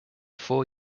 for